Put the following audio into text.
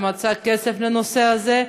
שמצא כסף לנושא הזה,